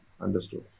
Understood